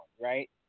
right